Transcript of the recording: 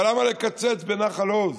אבל למה לקצץ בנחל עוז?